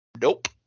nope